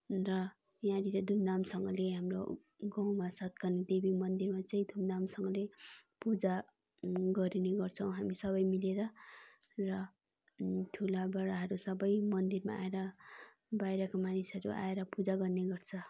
र यहाँनिर धुमधामसँगले हाम्रो गाउँमा सातकन्या देवी मन्दिरमा चाहिँ धुमधामसँगले पूजा गरिने गर्छौँ हामी सबै मिलेर र ठुला बडाहरू सबै मन्दिरमा आएर बाहिरका मानिसहरू आएर पूजा गर्ने गर्छ